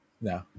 no